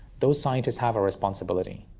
those scientists have a responsibility.